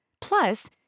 Plus